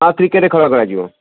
ହଁ କ୍ରିକେଟ୍ ଖେଳ ଖେଳାଯିବ